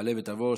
תעלה ותבוא.